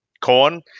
corn